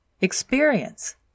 experience